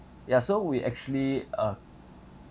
ya so we actually uh